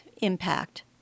Impact